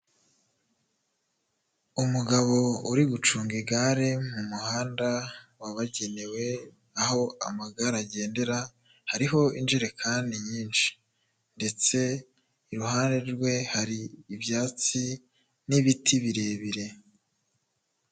Umugabo uri gucunga igare mu muhanda wababugenewe aho amagare agendera, hariho injerekani nyinshi ndetse iruhande rwe hari ibyatsi n'ibiti birebire.